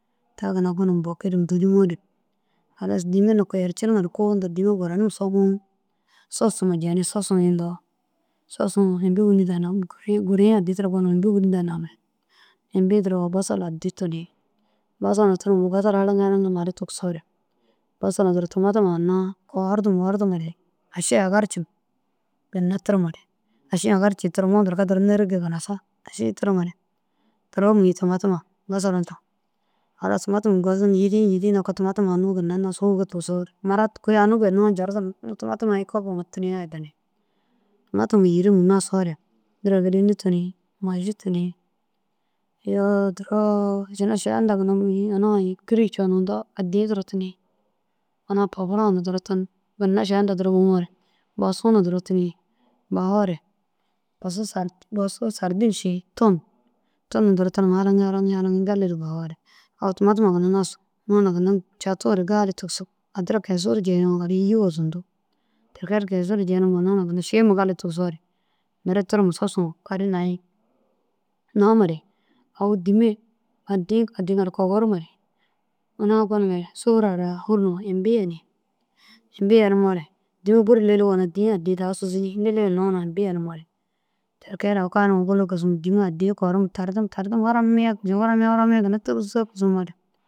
Ta ginna gonum bo kirim dûrumoore halas dîima nokoo yercini ŋa ru kuũ inda dîima baranim somoo sos huma jeni. « Sosu » yindoo sosuũ imbi wîni daha guriĩ addiĩ tira gonum imbi wîni daha namare imbiduro bosol addi tuniĩ bosolu tunum bosolu halaŋi halaŋi maru tigisoore bosolu duro tumatuma anna fafardum fafardum mare aši ai aga ru ciiŋa ginna tirimare aši agaru tirimoo berke duro nerige ginasa. Ašiĩ tirimare duro mûyi tumatuma bosolu duro halas tumatuma gozum yîriĩ yîriĩ nokoo tumatuma anuu ginna nas fûge tigisoo murat kôi anuu bênnoo njordu tumatuma ai kobuŋa tuniĩ aya danni. Tumatuma yîrim nasoore duro gîleni tuniĩ maji tuniĩ iyoo duro ina ša hunda ginna mûyi yunu ai kîri ceni yindoo addiĩ duro tuniĩ. Una paburo na duro dun ginna ša hunda duro mûmoore bosu na duro tuniĩ bafoore bosu sêrdîn ši tun tunu duro tum halaŋi halaŋi halaŋi gali ru bafoore. Au tumatuma ginna nas ina hunaã ginna cadure gali tigisig. Addi ra kesu ru jenemoo gali îyuwo zundu. Ti kee kesu ru jenim ina hunaã ginna šima gali tigisoore. Mire tirim sosu karu nayi namare aũ dîima addiĩ addiĩ ŋa ru kogorumare ina gonumare sufurara fûl numa imbi yeni imbi yeniwoore dîima bur lili wona dîi addi daha sûsuni lili hinno na imbi yenimoore. Ti kee au kaa numa bôla kisim dîima addiĩ korum tardum tardum furamiya kisim furamiya furamiya ginna tûruza kisimoore.